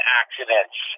accidents